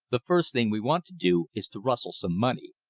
the first thing we want to do is to rustle some money.